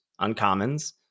uncommons